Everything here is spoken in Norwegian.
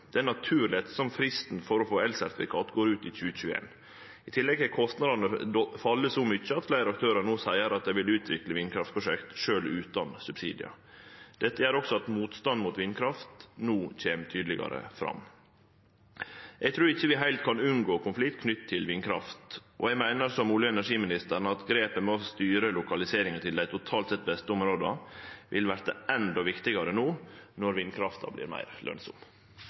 fristen for å få elsertifikat går ut i 2021. I tillegg har kostnadene falle så mykje at fleire aktørar no seier at dei vil utvikle vindkraftprosjekt sjølv utan subsidiar. Dette gjer også at motstanden mot vindkraft no kjem tydlegare fram. Eg trur ikkje at vi heilt kan unngå konfliktar knytte til vindkraft, og til liks med olje- og energiministeren meiner eg at grepet med å styre lokaliseringa til dei totalt sett beste områda vil verte endå viktigare no når vindkrafta vert meir